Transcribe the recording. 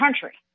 country